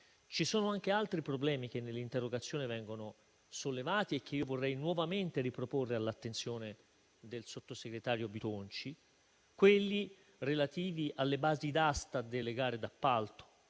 Ci sono anche altri problemi, che nell'interrogazione vengono sollevati e che vorrei nuovamente riproporre all'attenzione del sottosegretario Bitonci: quelli relativi alle basi d'asta delle gare d'appalto;